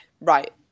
right